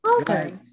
Okay